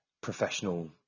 professional